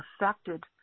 affected